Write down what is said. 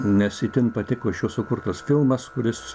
nes itin patiko iš jo sukurtas filmas kuris